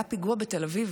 היה פיגוע בתל אביב,